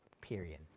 Period